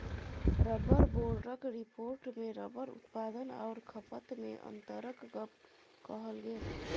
rubber बोर्डक रिपोर्टमे rubber उत्पादन आओर खपतमे अन्तरक गप कहल गेल